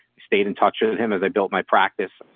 stayed in touch with him as i built my practice.